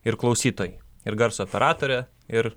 ir klausytojai ir garso operatorė ir